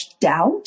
doubt